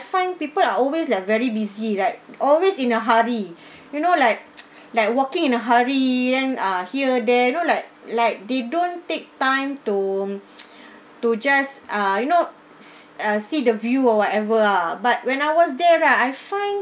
find people are always like very busy right always in a hurry you know like like walking in a hurry and then here there you know like like they don't take time to to just uh you know s~ uh see the view or whatever ah but when I was there right I find